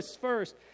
first